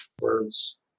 words